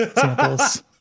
samples